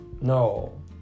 No